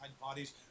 bodies